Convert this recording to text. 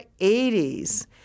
80s